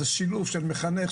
זה שילוב של מחנך,